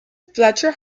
fletcher